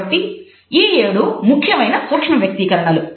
కాబట్టి ఈ ఏడు ముఖ్యమైన సూక్ష్మ వ్యక్తీకరణలు